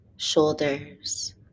Shoulders